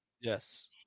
Yes